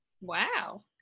Wow